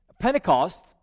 Pentecost